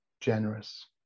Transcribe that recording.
generous